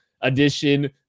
edition